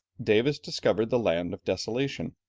davis discovered the land of desolation,